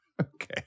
Okay